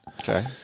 okay